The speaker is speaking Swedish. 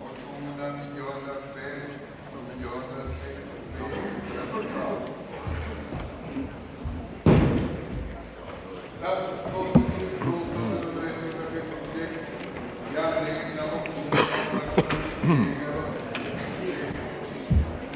motionerna angivna riktlinjer samt av de pedagogiska, psykologiska och ekonomiska effekterna av sådana reformer.